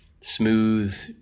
smooth